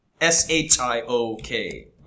S-H-I-O-K